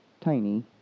tiny